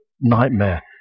nightmare